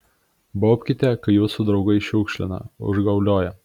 baubkite kai jūsų draugai šiukšlina užgaulioja